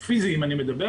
פיזית,